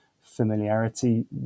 familiarity